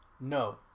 No